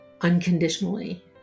unconditionally